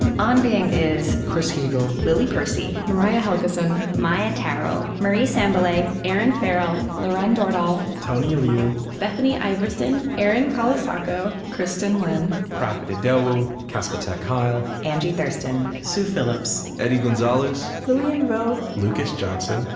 on being is chris heagle, lily percy, mariah helgeson, maia tarrell, marie sambilay, erinn farrell, lauren dordal, tony liu, bethany iverson, erin colasacco, kristin lin, profit idowu, casper ter kuile, angie thurston, sue phillips, eddie gonzalez, gonzalez, lilian vo, lucas johnson,